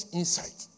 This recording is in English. insight